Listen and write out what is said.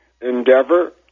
endeavor